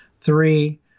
three